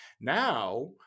Now